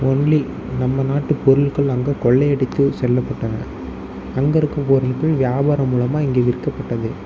only நம்ம நாட்டு பொருட்கள் அங்கு கொள்ளையடித்து செல்லப்பட்டன அங்கே இருக்கும் பொருட்கள் வியாபாரம் மூலமாக இங்கு விற்கப்பட்டது